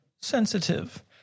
sensitive